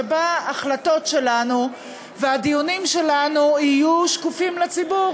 שבה ההחלטות שלנו והדיונים שלנו יהיו שקופים לציבור,